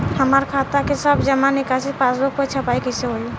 हमार खाता के सब जमा निकासी पासबुक पर छपाई कैसे होई?